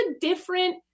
different